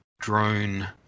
drone